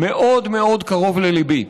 מאוד מאוד קרוב לליבו.